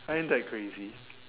I ain't that crazy